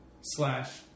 slash